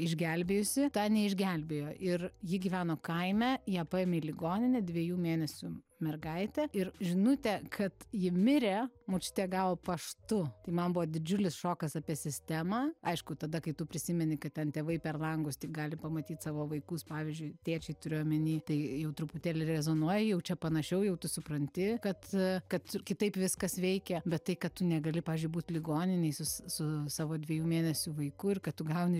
išgelbėjusi tą neišgelbėjo ir ji gyveno kaime ją paėmė į ligoninę dviejų mėnesių mergaitė ir žinutę kad ji mirė močiutė gavo paštu tai man buvo didžiulis šokas apie sistemą aišku tada kai tu prisimeni kad ten tėvai per langus tik gali pamatyt savo vaikus pavyzdžiui tėčiai turiu omeny tai jau truputėlį rezonuoja jau čia panašiau jau tu supranti kad kad kitaip viskas veikia bet tai kad tu negali pavyzdžiui būt ligoninėj su savo dviejų mėnesių vaiku ir kad tu gauni